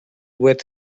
with